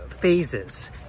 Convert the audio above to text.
phases